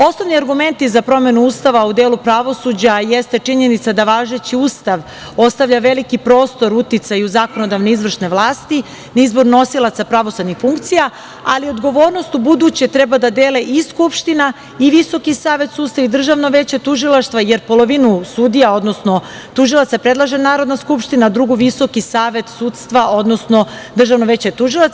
Osnovni argumenti za promenu Ustava u delu pravosuđa jeste činjenica da važeći Ustav ostavlja veliki prostor uticaju zakonodavne i izvršne vlasti na izbor nosilaca pravosudnih funkcija, ali odgovornost ubuduće treba da dele i Skupština i Visoki savet sudstva i Državno veće tužilaštva, jer polovinu sudija, odnosno tužilaca predlaže Narodna skupština, a drugu VSS, odnosno Državno veće tužilaca.